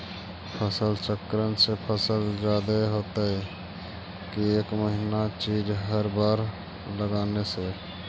फसल चक्रन से फसल जादे होतै कि एक महिना चिज़ हर बार लगाने से?